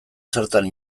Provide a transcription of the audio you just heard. zertan